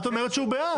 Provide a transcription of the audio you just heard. את אומרת שהוא בעד.